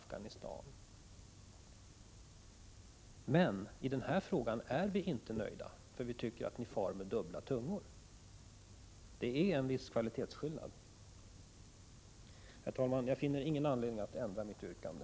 Men i den här frågan är vi inte nöjda, för vi tycker att ni talar med dubbla tungor. Det är en viss kvalitetsskillnad. Herr talman! Jag finner ingen anledning att ändra mitt yrkande.